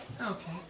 Okay